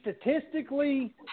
statistically